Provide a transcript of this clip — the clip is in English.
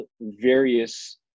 various